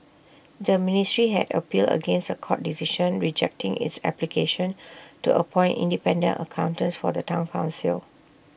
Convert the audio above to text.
the ministry had appealed against A court decision rejecting its application to appoint independent accountants for the Town Council